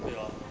对 orh